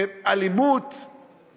לדו-לאומיות, יוביל כמובן לאלימות.